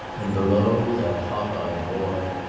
and below that hot-eyed boy,